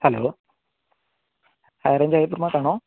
hello high range hyper മാർട്ടാണോ